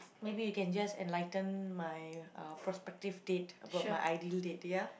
maybe you can just enlighten my uh prospective date about my ideal date ya